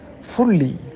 fully